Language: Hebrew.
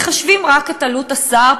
מחשבים לגביו רק את עלות השר,